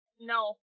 no